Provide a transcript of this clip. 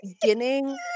beginning